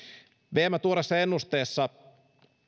vmn tuoreessa ennusteessa